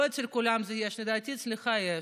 לא אצל כולם יש, לדעתי אצלך יש.